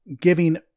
giving